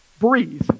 breathe